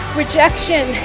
rejection